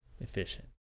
Efficient